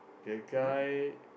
that guy